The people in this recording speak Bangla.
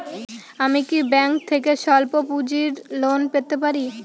আমি কি ব্যাংক থেকে স্বল্প পুঁজির লোন পেতে পারি?